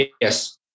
Yes